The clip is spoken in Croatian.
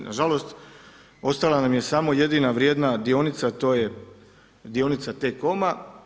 Nažalost ostala nam je samo jedina vrijedna dionica a to je dionica T-coma.